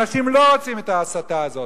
אנשים לא רוצים את ההסתה הזאת,